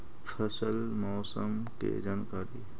फसल मौसम के जानकारी?